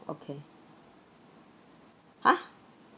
okay !huh!